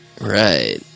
Right